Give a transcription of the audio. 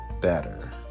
better